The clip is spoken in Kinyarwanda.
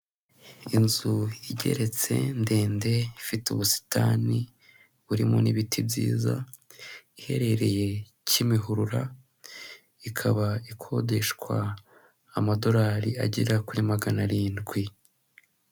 Inzu igeretse ndende, ifite ubusitani burimo n'ibiti byiza, iherereye kimihurura, ikaba ikodeshwa amadolari agera kuri magana arindwi.